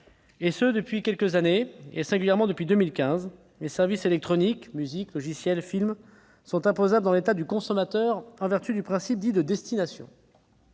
sujets depuis quelques années. Depuis 2015, les services électroniques- musique, logiciels, films -sont imposables dans l'État du consommateur en vertu du principe dit « de destination